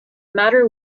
matter